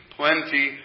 plenty